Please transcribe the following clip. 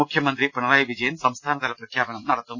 മുഖ്യമന്ത്രി പിണറായി വിജയൻ സംസ്ഥാനതല പ്രഖ്യാപനം നിർവഹിക്കും